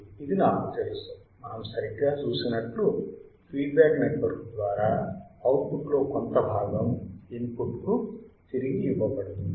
ఇది నాకు తెలుసు మనం సరిగ్గా చూసినట్లు ఫీడ్బ్యాక్ నెట్వర్క్ ద్వారా అవుట్పుట్లో కొంత భాగం ఇన్పుట్కు తిరిగి ఇవ్వబడుతుంది